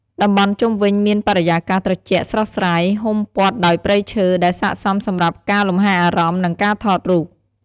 តំបន់ជុំវិញមានបរិយាកាសត្រជាក់ស្រស់ស្រាយ ហ៊ុំព័ទ្ធដោយព្រៃឈើ ដែលស័ក្តិសមសម្រាប់ការលំហែអារម្មណ៍ និងការថតរូប។